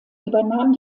übernahm